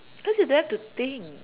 cause you don't have to think